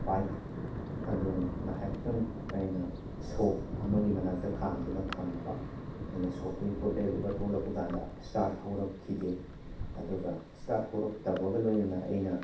bike ꯑꯗꯨ ꯉꯥꯏꯍꯥꯛꯇꯪ ꯑꯩꯅ ꯁꯣꯞ ꯑꯃꯒꯤ ꯃꯅꯥꯛꯇ ꯈꯥꯝꯗꯨꯅ ꯊꯝꯕ ꯑꯩꯅ ꯁꯣꯞꯇꯒꯤ ꯄꯣꯠ ꯂꯩꯔꯨꯔꯒ ꯊꯣꯛꯂꯛꯄꯀꯥꯟꯗ ꯁ꯭ꯇꯥꯔꯠ ꯍꯧꯔꯛꯈꯤꯗꯦ ꯑꯗꯨꯒ ꯁ꯭ꯇꯥꯔꯠ ꯍꯧꯔꯛꯇꯕꯒ ꯂꯣꯏꯅꯅ ꯑꯩꯅ